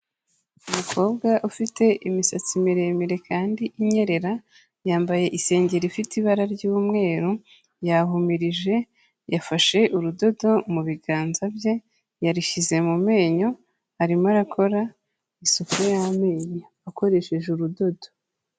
Umukobwa ufite imisatsi miremire kandi inyerera, yambaye isengeri ifite ibara ry'umweru, yahumirije, yafashe urudodo mu biganza bye, yarushyize mu menyo, arimo arakora isuku y'amenyo akoresheje urudodo.